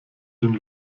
den